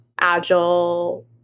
agile